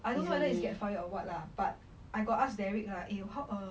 I don't know whether it's get fired or what lah but I got ask derek lah he will help err